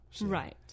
Right